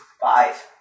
Five